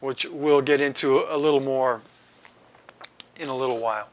which we'll get into a little more in a little while